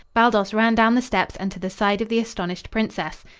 baldos ran down the steps and to the side of the astonished princess.